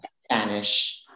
Spanish